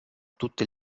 tutte